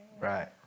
Right